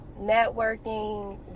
networking